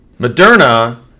Moderna